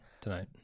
tonight